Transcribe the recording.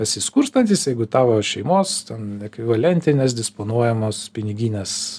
esi skurstantis jeigu tavo šeimos ten ekvivalentinės disponuojamos piniginės